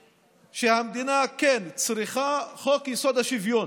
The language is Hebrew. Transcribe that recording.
שהמדינה כן צריכה את חוק-יסוד: השוויון.